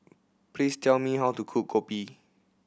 please tell me how to cook kopi